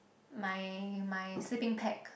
my my sleeping pack